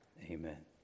Amen